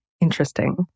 interesting